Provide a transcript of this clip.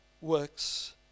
works